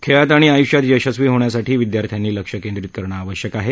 खेळात आणि आय़ष्यात यशस्वी होण्यासाठी विदयार्थ्यांनी लक्ष्य केंद्रित करणं आवश्यक आहे